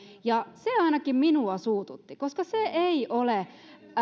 ja se ainakin minua suututti koska se ei ole